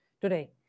today